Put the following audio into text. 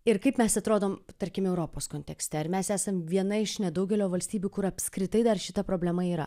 ir kaip mes atrodom tarkim europos kontekste ar mes esam viena iš nedaugelio valstybių kur apskritai dar šita problema yra